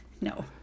no